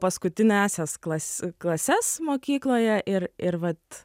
paskutiniąsias klas klases mokykloje ir ir vat